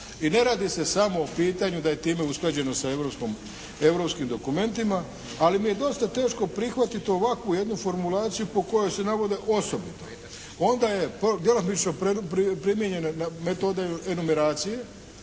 i ne radi se samo o pitanju da je time usklađeno sa europskim dokumentima ali mi je dosta teško prihvatiti ovakvu jednu formulaciju po kojoj se navode osobito. Onda je djelomično primijenjena metoda enumeracije